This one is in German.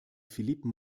philippe